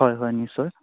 হয় হয় নিশ্চয়